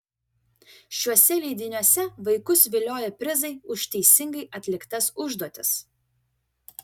šiuose leidiniuose vaikus vilioja prizai už teisingai atliktas užduotis